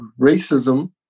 racism